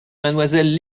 mademoiselle